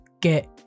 get